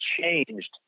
changed